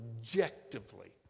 objectively